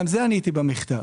גם זה העליתי במכתב.